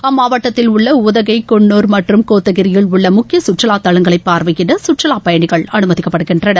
அம்மாவட்டத்தில் உள்ள உதகை குன்னூர் மற்றும் கோத்தகிரியில் உள்ள முக்கிய கற்றுலா தலங்களை பார்வையிட சுற்றுலா பயணிகள் அனுமதிக்கப்படுகின்றனர்